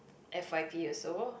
F_Y_P also